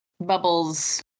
Bubbles